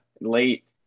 late